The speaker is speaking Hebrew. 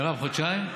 מרב, חודשיים?